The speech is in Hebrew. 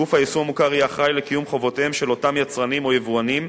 גוף היישום המוכר יהיה אחראי לקיום חובותיהם של אותם יצרנים או יבואנים,